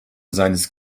seines